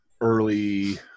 early